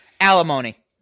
alimony